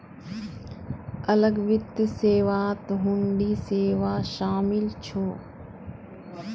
अलग वित्त सेवात हुंडी सेवा शामिल छ